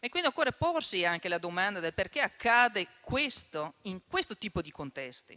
Occorre quindi porsi anche la domanda del perché accada questo, in questo tipo di contesti.